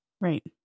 Right